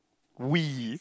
we